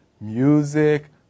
music